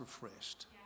refreshed